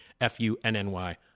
F-U-N-N-Y